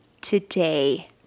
today